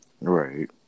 Right